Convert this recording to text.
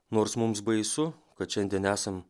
nors mums baisu kad šiandien esam